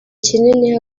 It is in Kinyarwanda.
kinini